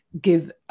give